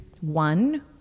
one